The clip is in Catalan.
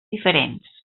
diferents